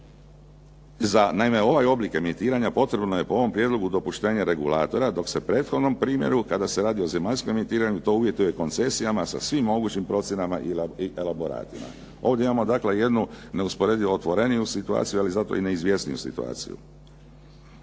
Za naime ovaj oblik emitiranja potrebno je po ovom prijedlogu dopuštenje regulatora, dok se prethodnom primjeru kada se radi o zemaljskom emitiranju to uvjetuje koncesijama sa svim mogućim procjenama i elaboratima. Ovdje imamo dakle jednu neusporedivo otvoreniju situaciju, ali zato i neizvjesniju situaciju.